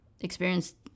experienced